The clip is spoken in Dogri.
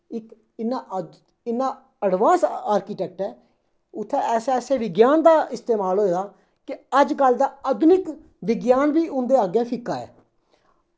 इक इन्ना अज इन्ना अडवांस आर्कीटैक्ट ऐ उत्थें ऐसे ऐसे विज्ञान दा इस्तमाल होए दा कि अज्जकल दा आधुनिक विज्ञान बी उं'दे अग्गें फिक्का ऐ